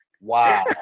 Wow